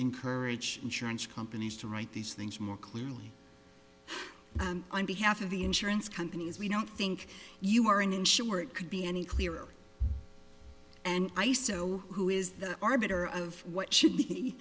encourage insurance companies to write these things more clearly on behalf of the insurance companies we don't think you are an insurer it could be any clearer and i so who is the arbiter of what should